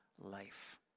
life